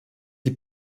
die